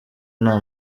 nta